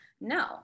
No